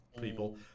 people